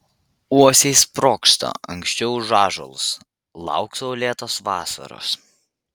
uosiai sprogsta anksčiau už ąžuolus lauk saulėtos vasaros